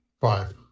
Five